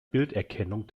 bilderkennung